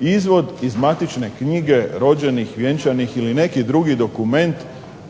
izvod iz matične knjige rođenih, vjenčanih ili neki drugi dokument